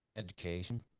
education